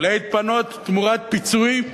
להתפנות תמורת פיצויים ריאליים,